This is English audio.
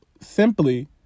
simply